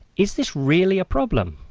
is this really a problem?